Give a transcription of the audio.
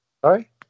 sorry